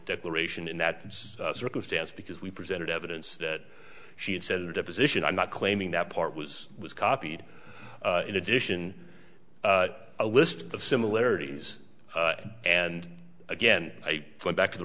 declaration in that circumstance because we presented evidence that she had said in a deposition i'm not claiming that part was was copied in addition a list of similarities and again i went back to the